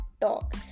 talk